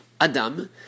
Adam